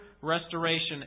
restoration